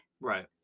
Right